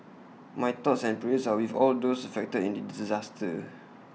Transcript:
my thoughts and prayers are with all those affected in the disaster